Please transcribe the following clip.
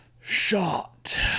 shot